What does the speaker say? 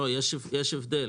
יש הבדל.